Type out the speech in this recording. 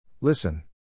Listen